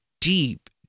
deep